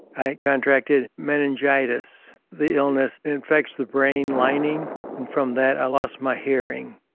i contracted meningitis. the illness infects the brain lining, and from that i lost my hearing